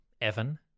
Evan